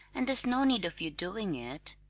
and there's no need of your doing it.